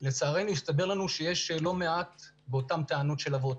לצערנו הסתבר לנו שיש לא מעט באותן טענות של אבות.